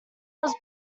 was